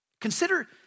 Consider